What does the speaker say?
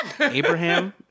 Abraham